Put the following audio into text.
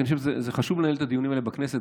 כי אני חושב שחשוב לנהל את הדיונים האלה בכנסת,